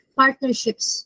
partnerships